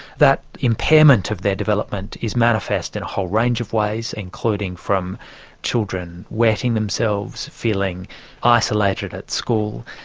that impairment of their development is manifest in a whole range of ways, including from children wetting themselves, feeling isolated at school,